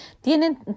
tienen